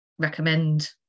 recommend